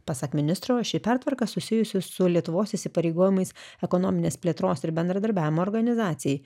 pasak ministro ši pertvarka susijusi su lietuvos įsipareigojimais ekonominės plėtros ir bendradarbiavimo organizacijai